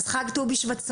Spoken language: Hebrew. אז חג ט"ו בשבט שמח,